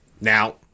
Now